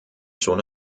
schon